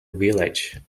village